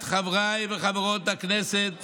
הצעת חברות וחברי הכנסת